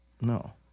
No